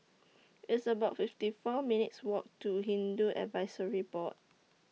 It's about fifty four minutes' Walk to Hindu Advisory Board